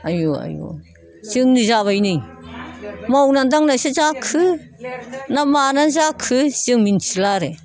आय' आय' जों जाबाय नै मावना दांनासो जाखो ना माना जाखो जों मिन्थिला आरो